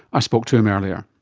i spoke to him earlier.